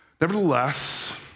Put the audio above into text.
Nevertheless